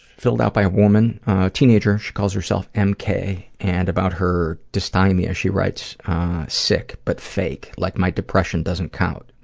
filled out by a woman teenager. she calls herself m. k, and about her dysthymia, she writes sick, but fake, like my depression doesn't count.